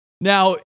Now